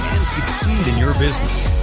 succeed in your business.